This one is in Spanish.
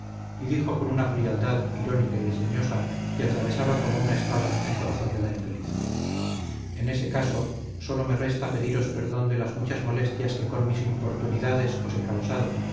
y dijo con una frialdad irónica y desdeñosa que atravesaba como una espada el corazón de la infeliz en ese caso sólo me resta pediros perdón de las muchas molestias que con mis importunidades os he causado